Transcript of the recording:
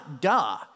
duh